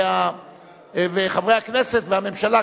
וחברי הכנסת והממשלה,